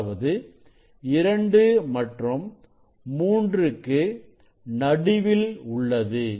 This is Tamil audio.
அதாவது இரண்டு மற்றும் மூன்றுக்கு நடுவில் உள்ளது